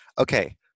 Okay